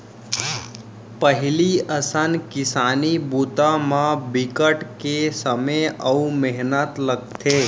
पहिली असन किसानी बूता म बिकट के समे अउ मेहनत लगथे